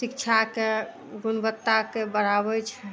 शिक्षाके गुणवत्ताके बढ़ाबय छै